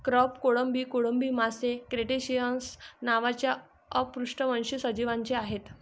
crab, कोळंबी, कोळंबी मासे क्रस्टेसिअन्स नावाच्या अपृष्ठवंशी सजीवांचे आहेत